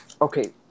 okay